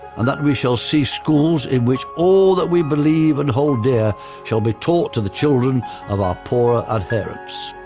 and that we shall see schools in which all that we believe and hold dear shall be taught to the children of our poor adherents.